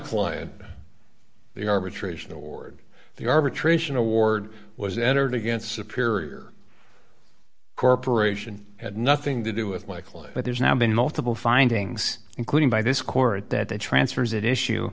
client the arbitration award the arbitration award was entered against superior corporation had nothing to do with likely but there's now been multiple findings including by this court that the transfers it issue